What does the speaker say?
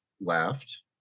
left